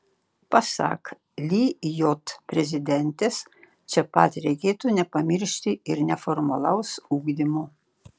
pasak lijot prezidentės čia pat reikėtų nepamiršti ir neformalaus ugdymo